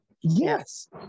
yes